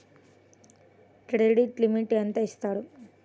Credit limit ఎంత ఇస్తారు?